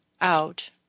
out